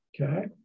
okay